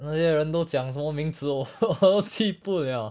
那些人都讲什么名字我 记不了